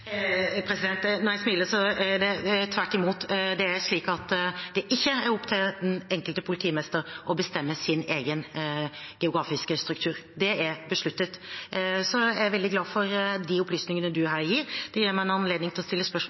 Når jeg smiler, er det fordi det tvert imot er slik at det ikke er opp til den enkelte politimester å bestemme sin egen geografiske struktur. Det er besluttet. Så er jeg veldig glad for de opplysningene representanten Borch her gir. Det gir meg en anledning til å stille spørsmål